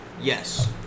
Yes